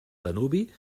danubi